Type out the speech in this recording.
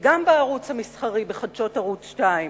וגם בערוץ המסחרי, בחדשות ערוץ-2.